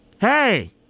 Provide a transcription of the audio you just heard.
Hey